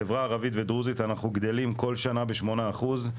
חברה ערבית ודרוזית אנחנו גדלים כל שנה בשמונה אחוזים.